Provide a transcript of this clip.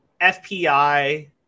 FPI